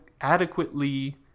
adequately